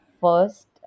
first